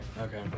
Okay